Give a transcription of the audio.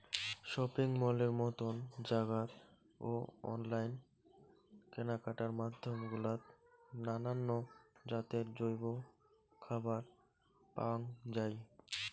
shopping মলের মতন জাগাত ও অনলাইন কেনাকাটার মাধ্যম গুলাত নানান জাতের জৈব খাবার পাওয়াং যাই